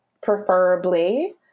preferably